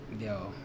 Yo